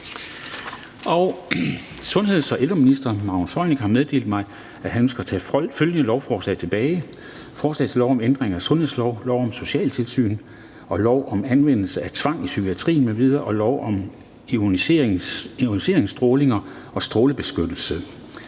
Sundheds- og ældreministeren (Magnus Heunicke) har meddelt mig, at han ønsker at tage følgende lovforslag tilbage: Forslag til lov om ændring af sundhedsloven, lov om socialtilsyn, lov om anvendelse af tvang i psykiatrien m.v. og lov om ioniserende stråling og strålebeskyttelse.